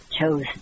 chose